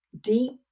deep